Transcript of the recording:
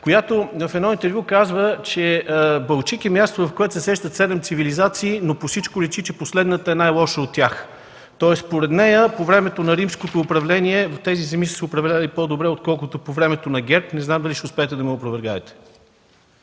която в едно интервю казва, че Балчик е място, в което се срещат седем цивилизации, но по всичко личи, че последната е най-лоша от тях. Тоест, според нея, по време на Римското управление тези земи са се управлявали по-добре, отколкото по времето на ГЕРБ. Не знам дали ще успеете да ме опровергаете.